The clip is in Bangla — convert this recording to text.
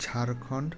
ঝাড়খন্ড